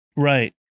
Right